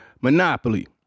Monopoly